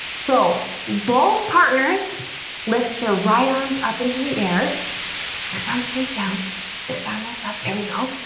so both partners lift their right arms up into the air this arm stays down this arm lifts up. there we go,